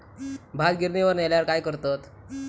भात गिर्निवर नेल्यार काय करतत?